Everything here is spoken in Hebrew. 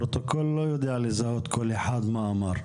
הפרוטוקול לא יודע לזהות כל אחד ומה הוא אמר,